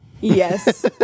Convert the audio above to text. yes